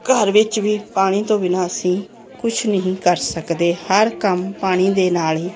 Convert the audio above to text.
ਘਰ ਵਿੱਚ ਵੀ ਪਾਣੀ ਤੋਂ ਬਿਨਾਂ ਅਸੀਂ ਕੁਛ ਨਹੀਂ ਕਰ ਸਕਦੇ ਹਰ ਕੰਮ ਪਾਣੀ ਦੇ ਨਾਲ ਹੀ